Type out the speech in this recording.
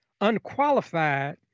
unqualified